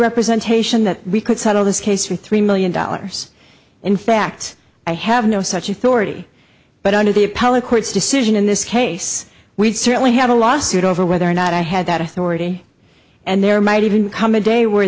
representation that we could settle this case for three million dollars in fact i have no such authority but under the appellate court's decision in this case we'd certainly have a lawsuit over whether or not i had that authority and there might even come a day where